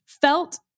felt